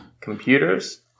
computers